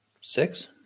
Six